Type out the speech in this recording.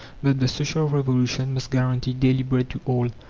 that the social revolution must guarantee daily bread to all.